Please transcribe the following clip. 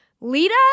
Lita